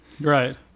Right